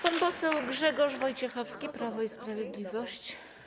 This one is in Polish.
Pan poseł Grzegorz Wojciechowski, Prawo i Sprawiedliwość.